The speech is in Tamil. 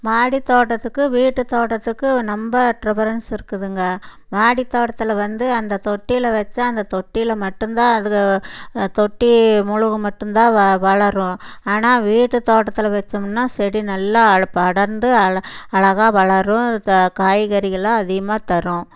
மாடித் தோட்டத்துக்கும் வீட்டுத் தோட்டத்துக்கும் ரொம்ப டிரிபரென்ஸ் இருக்குதுங்க மாடித் தோட்டத்தில் வந்து அந்த தொட்டியில் வைச்சா அந்த தொட்டியில் மட்டுந்தான் அதுங்க தொட்டி முழுக்க மட்டுந்தான் வளரும் ஆனால் வீட்டுத் தோட்டத்தில் வெச்சோமுன்னா செடி நல்லா படர்ந்து அழகாக வளரும் இது காய்கறிகளை அதிகமாக தரும்